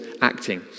acting